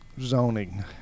Zoning